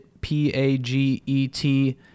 P-A-G-E-T